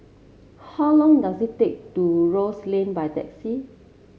how long does it take to Rose Lane by taxi